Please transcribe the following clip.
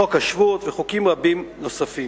חוק השבות וחוק רבים נוספים.